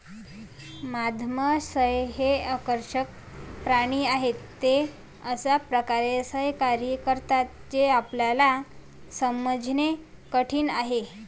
मधमाश्या हे आकर्षक प्राणी आहेत, ते अशा प्रकारे सहकार्य करतात जे आपल्याला समजणे कठीण आहे